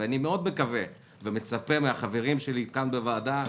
בהודעה לוועדה,